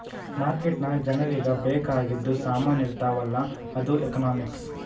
market ನಾಗ್ ಜನರಿಗ ಬೇಕ್ ಆಗಿದು ಸಾಮಾನ್ ಇರ್ತಾವ ಅಲ್ಲ ಅದು ಎಕನಾಮಿಕ್ಸ್